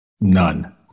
None